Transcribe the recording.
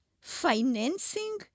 financing